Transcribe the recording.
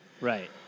Right